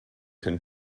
can